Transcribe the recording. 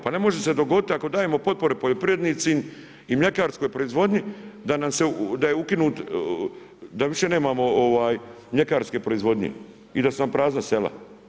Pa ne može se dogoditi ako dajemo potpore poljoprivrednicima i mljekarskoj proizvodnji, da je ukinut, da više nemamo mljekarske proizvodnje i da su nam prazna sela.